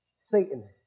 Satan